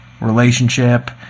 relationship